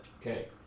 Okay